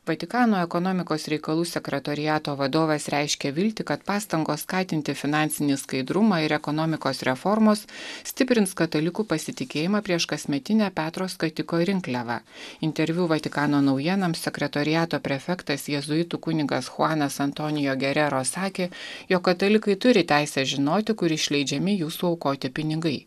vatikano ekonomikos reikalų sekretoriato vadovas reiškia viltį kad pastangos skatinti finansinį skaidrumą ir ekonomikos reformos stiprins katalikų pasitikėjimą prieš kasmetinę petro skatiko rinkliavą interviu vatikano naujienoms sekretoriato prefektas jėzuitų kunigas chuanas antonijo gerero sakė jog katalikai turi teisę žinoti kur išleidžiami jų suaukoti pinigai